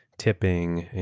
tipping,